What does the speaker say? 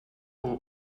all